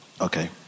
Okay